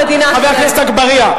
בבקשה.